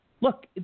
look